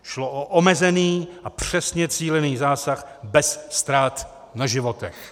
Šlo o omezený a přesně cílený zásah beze ztrát na životech.